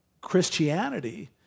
Christianity